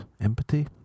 empathy